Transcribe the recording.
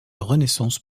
renaissance